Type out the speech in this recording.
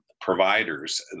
providers